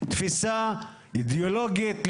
תפיסה אידיאולוגית,